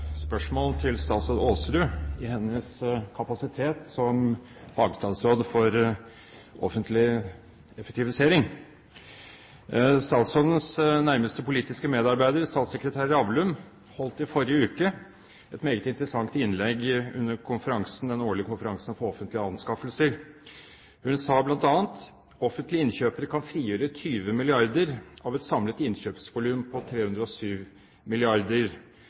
spørsmål til statsråd Aasrud i hennes kapasitet som fagstatsråd for offentlig effektivisering. Statsrådens nærmeste politiske medarbeider, statssekretær Ravlum, holdt i forrige uke et meget interessant innlegg under den årlige konferansen om offentlige anskaffelser. Hun sa bl.a. at offentlige innkjøpere kan frigjøre 20 mrd. kr av et samlet innkjøpsvolum på 307